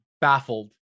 baffled